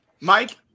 Mike